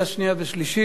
רחבתו ומשמר הכנסת (תיקון מס' 15)